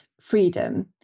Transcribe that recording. freedom